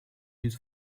used